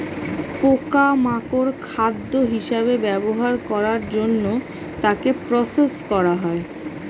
পোকা মাকড় খাদ্য হিসেবে ব্যবহার করার জন্য তাকে প্রসেস করা হয়